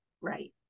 Right